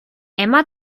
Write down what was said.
emma